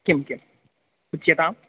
किं किम् उच्यताम्